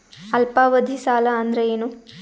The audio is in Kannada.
ಅಲ್ಪಾವಧಿ ಸಾಲ ಅಂದ್ರ ಏನು?